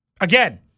Again